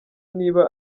niba